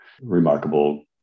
remarkable